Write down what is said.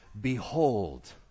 Behold